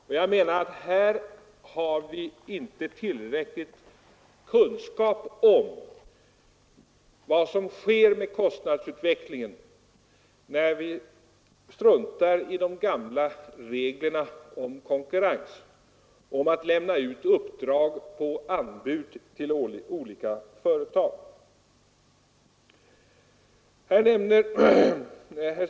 Och jag menar att vi får inte tillräcklig kunskap om vad som sker med kostnadsutvecklingen, när vi struntar i de gamla reglerna om konkurrens och inte infordrar anbud från olika företag.